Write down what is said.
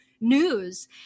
news